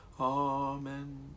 Amen